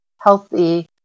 healthy